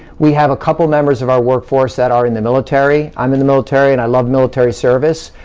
we have a couple members of our workforce that are in the military. i'm in the military, and i love military service.